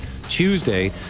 Tuesday